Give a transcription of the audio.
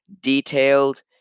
detailed